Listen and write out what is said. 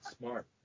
smart